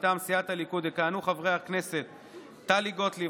מטעם סיעת הליכוד יכהנו חברי הכנסת טלי גוטליב,